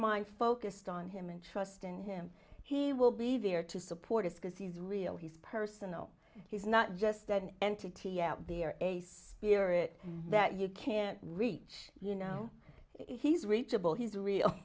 mind focused on him and trust in him he will be there to support us because he's real he's personal he's not just an entity out there ace spirit that you can reach you know his reachable his real